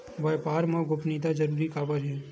व्यापार मा गोपनीयता जरूरी काबर हे?